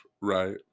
right